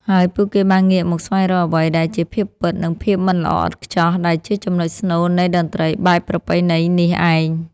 ហើយពួកគេបានងាកមកស្វែងរកអ្វីដែលជាភាពពិត និងភាពមិនល្អឥតខ្ចោះ ដែលជាចំណុចស្នូលនៃតន្ត្រីបែបប្រពៃណីនេះឯង។